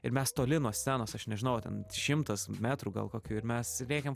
ir mes toli nuo scenos aš nežinau ten šimtas metrų gal kokių ir mes rėkiam